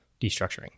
destructuring